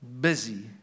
Busy